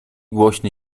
głośny